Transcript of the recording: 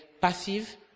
passive